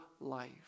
life